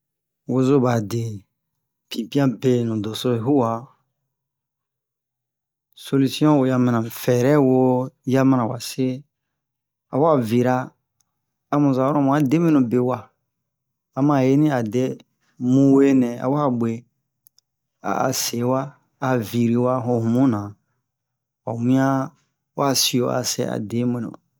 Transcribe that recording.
wozobade pipian bɛnu doso uwa solusion fɛrɛ wo ya mana wa se awa vira a mu zanwara mu a deɓnu be wa ama eynia dɛ mue nɛn a wa ɓe aha sinwa a viriwa ho yumu na wa wian wa sio a sɛya deɓnu